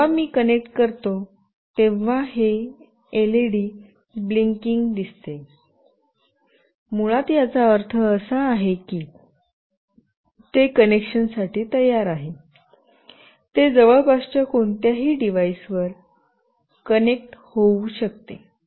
जेव्हा मी कनेक्ट करतो तेव्हा हे एलईडी ब्लिंकिंग दिसते मुळात याचा अर्थ असा आहे की ते कनेक्शन साठी तयार आहे ते जवळपासच्या कोणत्याही डिव्हाइसवर कनेक्ट होऊ शकते